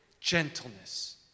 gentleness